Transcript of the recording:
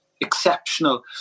exceptional